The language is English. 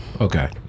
Okay